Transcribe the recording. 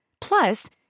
Plus